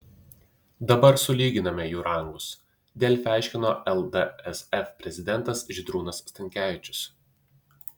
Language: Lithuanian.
dabar sulyginome jų rangus delfi aiškino ldsf prezidentas žydrūnas stankevičius